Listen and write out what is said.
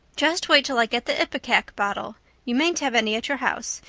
just wait till i get the ipecac bottle you mayn't have any at your house.